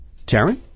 Taryn